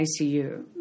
ICU